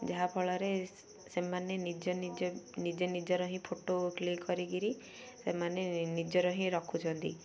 ଯାହାଫଳରେ ସେମାନେ ନିଜ ନିଜ ନିଜେ ନିଜର ହିଁ ଫଟୋ କ୍ଲିକ୍ କରିକିରି ସେମାନେ ନିଜର ହିଁ ରଖୁଛନ୍ତି